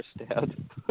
understand